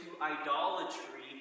idolatry